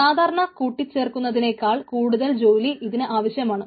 സാധാരണ കൂട്ടിച്ചേർക്കുന്നതിനേക്കാൾ കൂടുതൽ ജോലി ഇതിന് ആവശ്യമാണ്